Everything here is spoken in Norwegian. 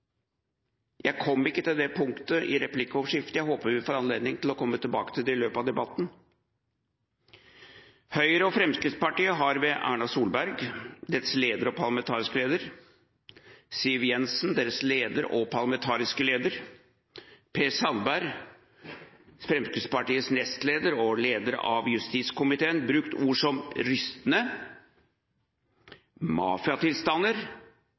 Jeg kom ikke til det punktet i replikkordskiftet – jeg håper vi får anledning til å komme tilbake til det i løpet av debatten. Høyre og Fremskrittspartiet har ved Erna Solberg, Høyres leder og parlamentariske leder, Siv Jensen, Fremskrittspartiets leder og parlamentariske leder og Per Sandberg, Fremskrittspartiets nestleder og leder av justiskomiteen, brukt ord som